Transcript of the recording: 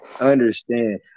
Understand